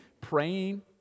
praying